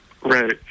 Right